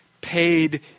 paid